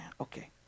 Okay